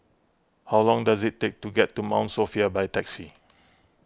how long does it take to get to Mount Sophia by taxi